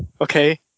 Okay